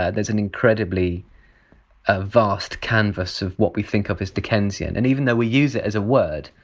ah there's an incredibly ah vast canvas of what we think of as dickensian. and even though we use it as a word,